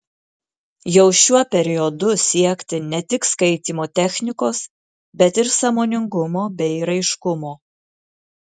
jau šiuo periodu siekti ne tik skaitymo technikos bet ir sąmoningumo bei raiškumo